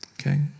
Okay